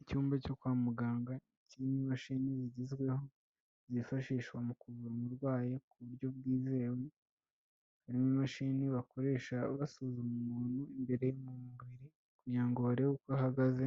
Icyumba cyo kwa muganga, kirimo imashini zigezweho zifashishwa mu kuvura umurwayi ku buryo bwizewe, harimo imashini bakoresha basuzuma umuntu imbere mu mubiri kugira ngo barebe uko ahagaze,